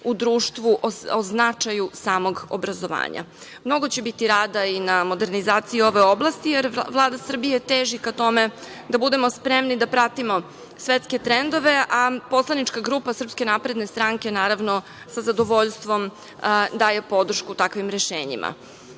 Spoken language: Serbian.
u društvu o značaju samog obrazovanja. Mnogo će biti rada i na modernizaciji ove oblasti, jer Vlada Srbije teži ka tome da budemo spremni da pratimo svetske trendove. Poslanička grupa Srpske napredne stranke, naravno, sa zadovoljstvom, daje podršku takvim rešenjima. Sa